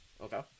Okay